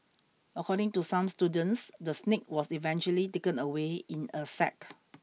according to some students the snake was eventually taken away in a sack